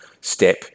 step